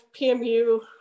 PMU